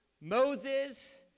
Moses